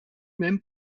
même